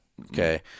okay